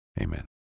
amen